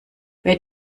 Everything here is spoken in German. wer